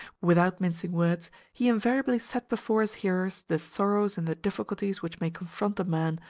without mincing words, he invariably set before his hearers the sorrows and the difficulties which may confront a man,